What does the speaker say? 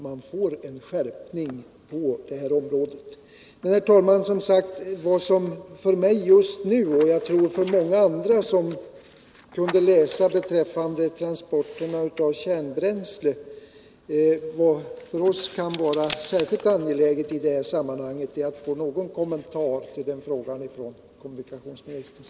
Men, herr talman, för mig och för många andra som läste om den här kärnbränsletransporten är det, som sagt, i detta sammanhang särskilt angeläget att få någon kommentar från kommunikationsministern.